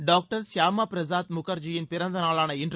doctor Shyama Prasad முகர்ஜியின் பிறந்தநாளான இன்று